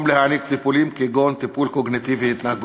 להעניק טיפולים כגון טיפול קוגניטיבי-התנהגותי.